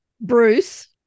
Bruce